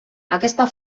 aquesta